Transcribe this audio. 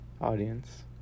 audience